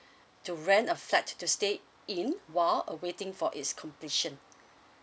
to rent a flat to stay in while uh waiting for its completion